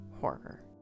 horror